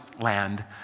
land